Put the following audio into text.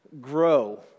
grow